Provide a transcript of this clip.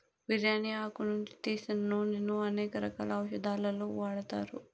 బిర్యాని ఆకు నుంచి తీసిన నూనెను అనేక రకాల ఔషదాలలో వాడతారు